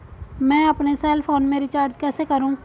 मैं अपने cell phone में रिचार्ज कैसे करूँ?